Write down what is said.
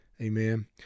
Amen